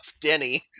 Denny